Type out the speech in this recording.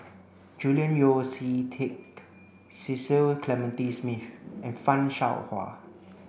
Julian Yeo See Teck Cecil Clementi Smith and Fan Shao Hua